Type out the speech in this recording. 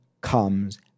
comes